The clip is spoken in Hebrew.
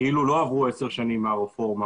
כאילו לא עברו עשר שנים מהרפורמה,